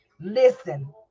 Listen